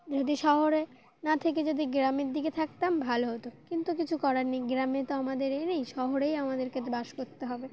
যদি শহরে না থেকে যদি গ্রামের দিকে থাকতাম ভালো হতো কিন্তু কিছু করার নেই গ্রামে তো আমাদের এ নেই শহরেই আমাদেরকে তো বাস করতে হবে